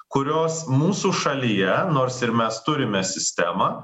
kurios mūsų šalyje nors ir mes turime sistemą